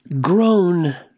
grown